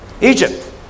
Egypt